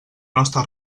nostra